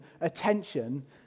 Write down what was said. attention